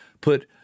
put